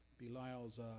Belial's